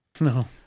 No